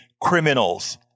criminals